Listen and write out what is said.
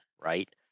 right